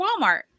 Walmart